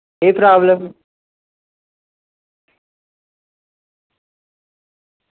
कोई प्रॉब्लम